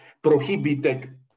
prohibited